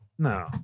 No